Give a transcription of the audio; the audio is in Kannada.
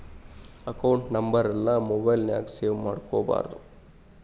ಅಕೌಂಟ್ ನಂಬರೆಲ್ಲಾ ಮೊಬೈಲ್ ನ್ಯಾಗ ಸೇವ್ ಮಾಡ್ಕೊಬಾರ್ದು